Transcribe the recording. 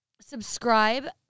subscribe